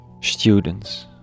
students